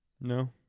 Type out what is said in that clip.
No